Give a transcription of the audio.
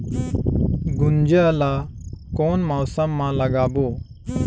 गुनजा ला कोन मौसम मा लगाबो?